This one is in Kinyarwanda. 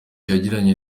yagiranye